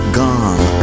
gone